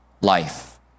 life